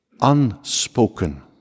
unspoken